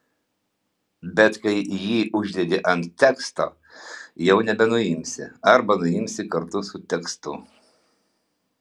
bet kai jį uždedi ant teksto jau nebenuimsi arba nuimsi kartu su tekstu